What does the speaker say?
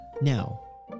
now